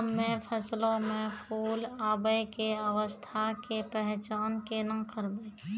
हम्मे फसलो मे फूल आबै के अवस्था के पहचान केना करबै?